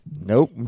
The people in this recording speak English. Nope